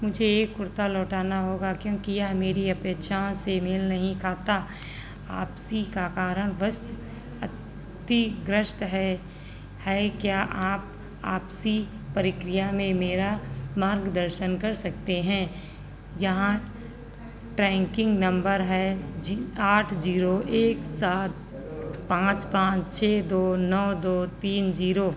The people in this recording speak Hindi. मुझे ये कुर्ता लौटाना होगा क्योंकि यह मेरी अपेक्षाओं से मेल नहीं खाता आपसी का कारण वश अतिग्रस्त है है क्या आप आपसी प्रक्रिया में मेरा मार्गदर्शन कर सकते हैं यहाँ ट्रैंकिंग नंबर है आठ जीरो एक सात पाँच पाँच छः दो नौ दो तीन जीरो